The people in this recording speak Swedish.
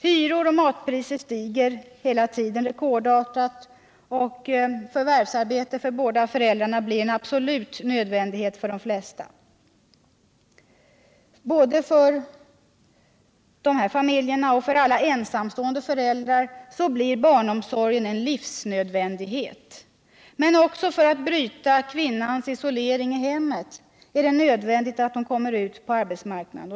Hyror och matpriser stiger hela tiden rekordartat, och förvärvsarbete för båda föräldrarna blir en absolut nödvändighet för de flesta. Både för dessa familjer och för alla ensamstående föräldrar blir barnomsorgen en livsnödvändighet. Men även för att bryta kvinnans isolering i hemmet är det nödvändigt att hon kommer ut på arbetsmarknaden.